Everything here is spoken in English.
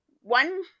one